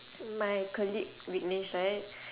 my colleague vicknesh right